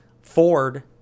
Ford